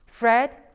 Fred